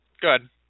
Good